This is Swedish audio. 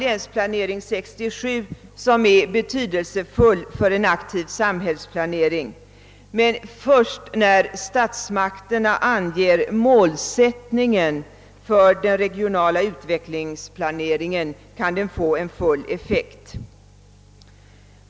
»Länsplanering 67» är betydelsefull för en aktiv samhällsplanering, men först när statsmakterna anger målsättningen för den regionala utvecklingsplaneringen kan den få full effekt.